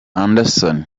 anderson